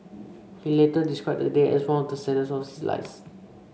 he later described the day as one of the saddest of his lives